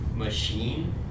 machine